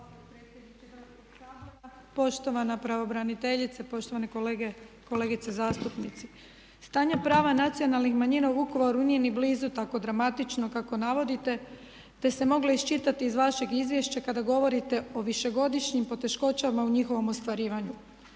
Hrvatskog sabora. Poštovana pravobraniteljice, poštovani kolege i kolegice zastupnici stanje prava nacionalnih manjina u Vukovaru nije ni blizu tako dramatično kako navodite, te ste mogli iščitati iz vašeg izvješća kada govorite o višegodišnjim poteškoćama u njihovom ostvarivanju.